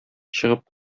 чыгып